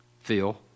Phil